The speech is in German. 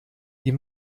die